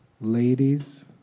Ladies